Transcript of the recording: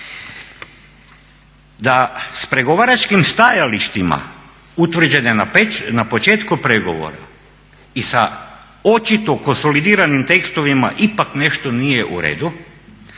Da s pregovaračkim stajalištima utvrđene na početku pregovora i sa očito konsolidiranim tekstovima ipak nešto nije u redu